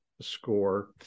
score